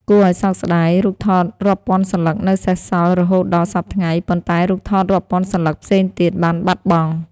គួរឱ្យសោកស្ដាយ រូបថតរាប់ពាន់សន្លឹកនៅសេសសល់រហូតដល់សព្វថ្ងៃ ប៉ុន្តែរូបថតរាប់ពាន់សន្លឹកផ្សេងទៀតបានបាត់បង់។